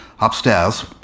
upstairs